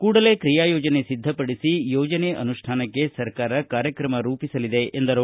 ಕೂಡಲೇ ಕ್ರಿಯಾ ಯೋಜನೆ ಸಿದ್ಧಪಡಿಸಿ ಯೋಜನೆ ಅನುಷ್ಠಾನಕ್ಕೆ ಸರ್ಕಾರ ಕಾರ್ಯಕ್ರಮ ರೂಪಿಸಲಿದೆ ಎಂದರು